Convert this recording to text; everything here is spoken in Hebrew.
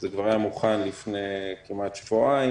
וזה כבר היה מוכן לפני כמעט שבועיים.